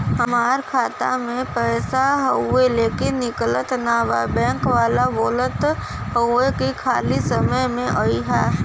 हमार खाता में पैसा हवुवे लेकिन निकलत ना बा बैंक वाला बोलत हऊवे की खाली समय में अईहा